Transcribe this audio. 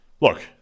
Look